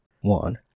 one